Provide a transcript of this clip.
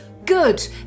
Good